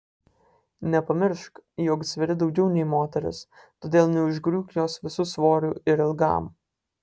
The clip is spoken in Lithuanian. nepamiršk jog sveri daugiau nei moteris todėl neužgriūk jos visu svoriu ir ilgam